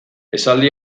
esaldi